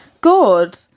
good